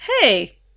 hey